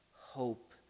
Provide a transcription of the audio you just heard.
hope